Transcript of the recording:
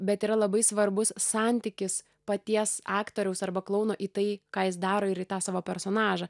bet yra labai svarbus santykis paties aktoriaus arba klouno į tai ką jis daro ir į tą savo personažą